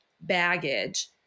baggage